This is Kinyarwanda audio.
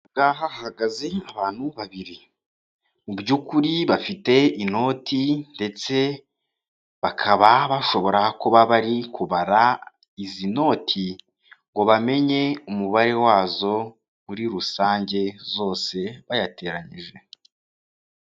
Aha ngaha hahagaze abantu babiri, mu by'ukuri bafite inoti ndetse bakaba bashobora kuba bari kubara izi noti, ngo bamenye umubare wazo muri rusange, zose bayateranyije.